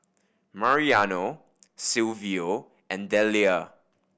Mariano Silvio and Dellia